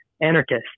anarchist